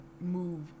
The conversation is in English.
move